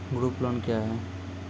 Group loan क्या है?